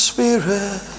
Spirit